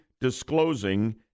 disclosing